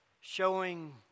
Showing